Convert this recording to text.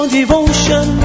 devotion